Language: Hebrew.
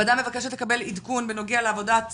הוועדה מבקשת לקבל עדכון בנוגע לעבודת